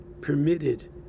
permitted